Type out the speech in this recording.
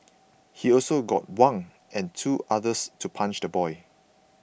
he also got Wang and two others to punch the boy